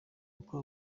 uko